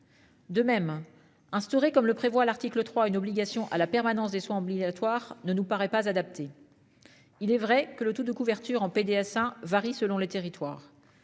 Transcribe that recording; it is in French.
De même instauré, comme le prévoit l'article 3, une obligation à la permanence des soins obligatoires ne nous paraît pas adapté. Il est vrai que le taux de couverture en PDSA varie selon les territoires.